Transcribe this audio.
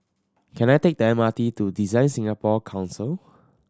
can I take the M R T to DesignSingapore Council